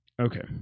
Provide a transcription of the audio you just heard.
Okay